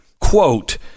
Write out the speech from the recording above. quote